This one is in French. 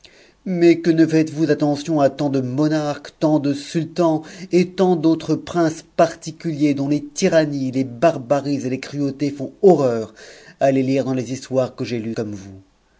mais que ne faites-vous attention h tant de monarques tant de sultans et tant d'autres princes particuliers dont tes tyrannies les barbaries et les cruautés font horreur à les lire dans les histoires que j'ai lues comme vous